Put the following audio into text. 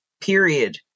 period